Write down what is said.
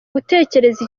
gutekereza